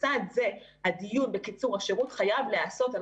לצד זה הדיון בקיצור השירות חייב להיעשות על